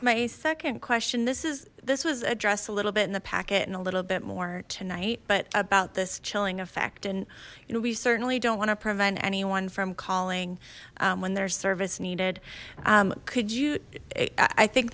a second question this is this was addressed a little bit in the packet and a little bit more tonight but about this chilling effect and you know we certainly don't want to prevent anyone from calling when their service needed could you i think